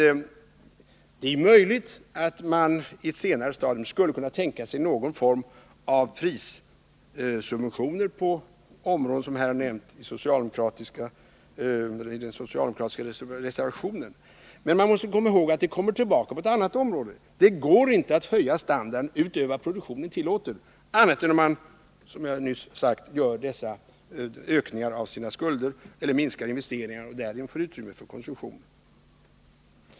Det är möjligt att man i ett senare stadium skulle kunna tänka sig någon form av prissubventioner på de områden som har nämnts i den socialdemokratiska reservationen. Men man måste komma ihåg att det kommer tillbaka på ett annat område. Det går inte att höja standarden utöver vad produktionen tillåter, annat än om man, som jag nyss sade, genomför dessa ökningar av skulderna eller minskar investeringarna och därigenom får utrymme för konsumtion.